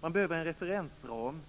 De behöver en referensram,